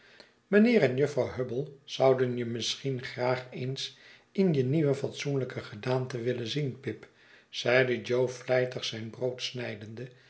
mijnheer en jufvrouw hubble zouden je misschien graag eens in je nieuwe fatsoenlijke gedaante willen zien pip zeide jo vlijtigzijn brood snijdende